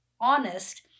honest